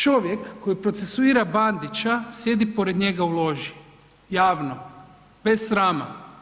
Čovjek koji procesuira Bandića sjedi pored njega u loži, javno, bez srama.